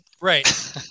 Right